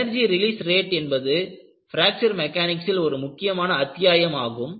energy release rate என்பது fracture மெக்கானிக்ஸில் ஒரு முக்கியமான அத்தியாயம் ஆகும்